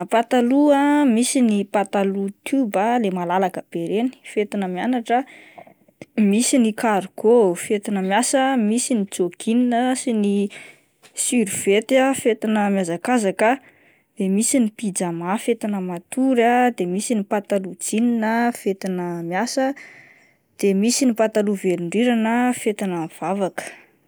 Pataloha misy ny pataloha tioba ilay malalaka be reny fetina mianatra, misy ny kargô fetina miasa, misy ny joginina sy ny siorvety ah fetina mihazakazaka, de misy ny pijamà fetina matory, de misy ny pataloha jeans fetina miasa, de misy ny pataloha velondrirana fetina mivavaka.